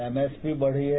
MMP बढ़ी है